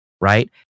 right